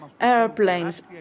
airplanes